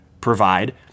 provide